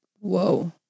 Whoa